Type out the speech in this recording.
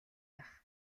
байх